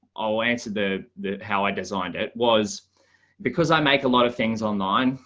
i'll answer the the how i designed it was because i make a lot of things online.